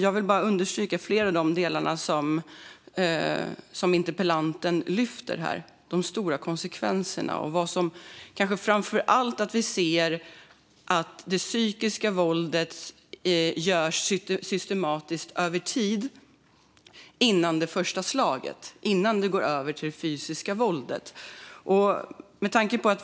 Jag vill understryka flera av de delar och de stora konsekvenser som interpellanten lyfter fram, kanske framför allt att det psykiska våldet utförs systematiskt över tid, före det första slaget, innan det går över till fysiskt våld.